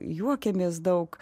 juokiamės daug